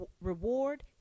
reward